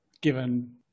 given